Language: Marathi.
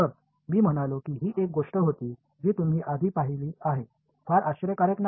तर मी म्हणालो की ही एक गोष्ट होती जी तुम्ही आधी पाहिली आहे फार आश्चर्यकारक नाही